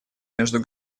между